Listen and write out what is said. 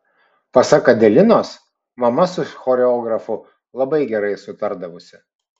pasak adelinos mama su choreografu labai gerai sutardavusi